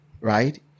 Right